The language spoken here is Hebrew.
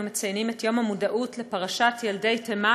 אנו מציינים את יום המודעות לפרשת ילדי תימן,